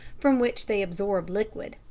from which they absorb liquid.